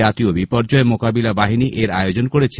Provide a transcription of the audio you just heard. জাতীয় বিপর্যয় মোকাবেলা বাহিনী এর আয়োজন করছে